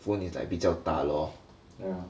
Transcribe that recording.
phone is like 比较大 lor